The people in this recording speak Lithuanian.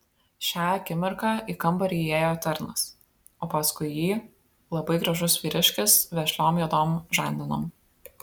šią akimirką į kambarį įėjo tarnas o paskui jį labai gražus vyriškis vešliom juodom žandenom